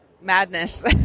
madness